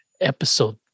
episode